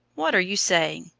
what are you saying?